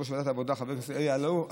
ויושב-ראש ועדת העבודה חבר הכנסת אלי אלאלוף,